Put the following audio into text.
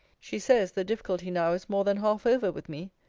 she says, the difficulty now is more than half over with me.